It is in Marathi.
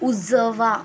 उजवा